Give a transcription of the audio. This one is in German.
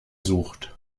sucht